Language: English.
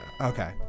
Okay